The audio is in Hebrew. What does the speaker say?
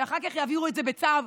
שאחר כך יעבירו את זה בצו.